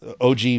OG